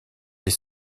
des